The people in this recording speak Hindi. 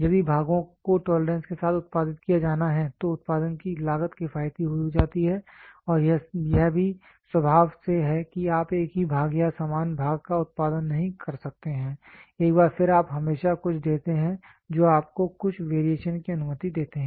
यदि भागों को टोलरेंस के साथ उत्पादित किया जाना है तो उत्पादन की लागत किफायती हो जाती है और यह भी स्वभाव से है कि आप एक ही भाग या समान भाग का उत्पादन नहीं कर सकते हैं एक बार फिर आप हमेशा कुछ देते हैं जो आपको कुछ वेरिएशन की अनुमति देते हैं